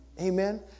Amen